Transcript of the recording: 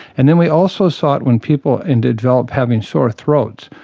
and then we also saw it when people and developed having sore throats,